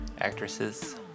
Actresses